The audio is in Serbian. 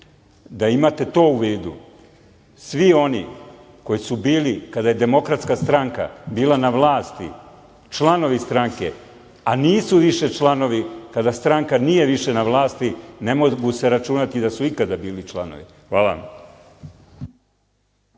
da imate to u vidu. Svi oni koji su bili kada je DS bila na vlasti članovi stranke a nisu više članovi kada stranka nije više ne vlasti ne mogu se računati da su ikada bili članovi. Hvala vam.